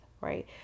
right